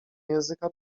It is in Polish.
języka